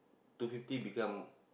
two fifty become